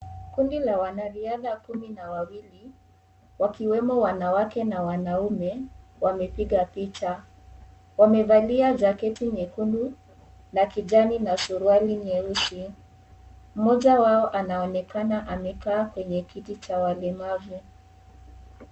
Kundi la wanariadha kumi na wawili wakiwemo wanawake na wanaume wamepiga picha, wamevalia jaketi nyekundu, la kijani na suruali nyeusi, mmoja wao anaonekana amekaa kwenye kiti cha walemavu.